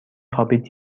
خوابید